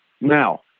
Now